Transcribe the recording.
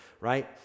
right